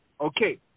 Okay